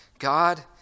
God